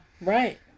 right